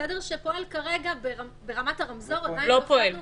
שפועל כרגע ברמת --- לא פועל.